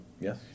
Yes